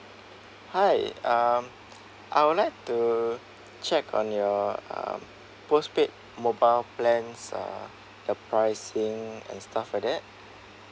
hi um I would like to check on your um postpaid mobile plans uh the pricing and stuff like that